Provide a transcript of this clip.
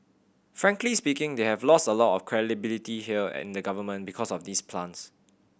frankly speaking they have lost a lot of credibility here in the government because of these plants